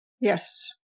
Yes